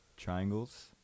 Triangles